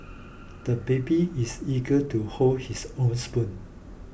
the baby is eager to hold his own spoon